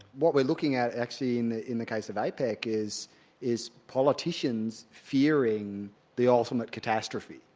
what we're looking at actually in the in the case of apec is is politicians fearing the ultimate catastrophe,